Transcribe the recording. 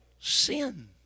sin